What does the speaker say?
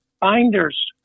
binders